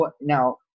now